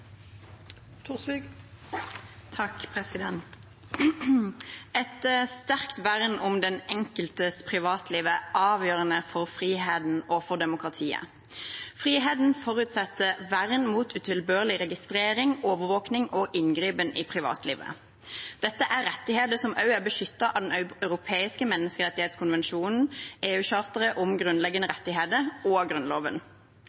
avgjørende for friheten og for demokratiet. Friheten forutsetter vern mot utilbørlig registrering, overvåkning og inngripen i privatlivet. Dette er rettigheter som er også er beskyttet av Den europeiske menneskerettskonvensjonen, EU-charteret om grunnleggende